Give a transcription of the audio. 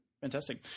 Fantastic